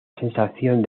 sensación